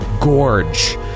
gorge